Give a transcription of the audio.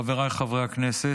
חבריי חברי הכנסת,